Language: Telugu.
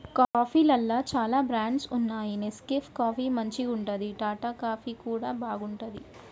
కాఫీలల్ల చాల బ్రాండ్స్ వున్నాయి నెస్కేఫ్ కాఫీ మంచిగుంటది, టాటా కాఫీ కూడా బాగుంటది